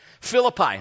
Philippi